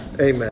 Amen